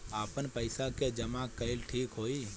आपन पईसा के जमा कईल ठीक होई?